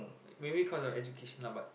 maybe cause of education ah but